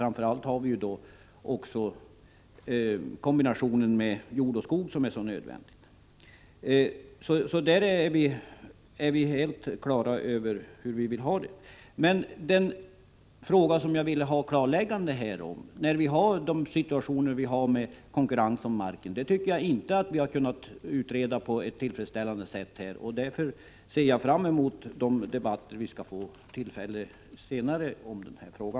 Framför allt är kombinationen av jord och skog nödvändig. Beträffande den situation som råder med konkurrens om marken skulle jag vilja ha ett klarläggande. Jag anser inte att vi har kunnat utreda detta på ett tillfredsställande sätt här. Därför ser jag fram emot de debatter vi skall få tillfälle till senare om denna fråga.